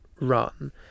run